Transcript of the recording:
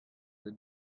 the